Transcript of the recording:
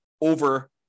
over